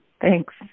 Thanks